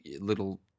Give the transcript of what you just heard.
little